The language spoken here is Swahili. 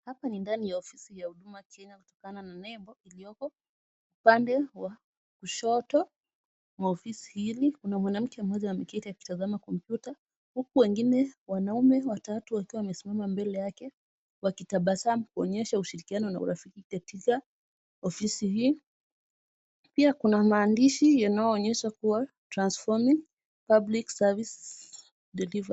Hapa ni ndani ya ofisi ya Huduma Kenya kutokana na nembo iliyopo, upande wa kushoto wa ofisi hii kuna mwanamke mmoja ameketi akitazama kompyuta huku wengine wanaume watatu wakiwa wamesimama mbele yake, wakitabasamu kuonyesha ushirikiano na urafiki katika ofisi hii, pia kuna maandishi yanayoonyesha kuwa transforming public service delivery .